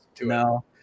No